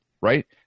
right